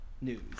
news